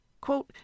Quote